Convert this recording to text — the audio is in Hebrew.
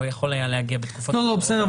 לא יכול היה להגיע לכאן בתקופת --- בסדר,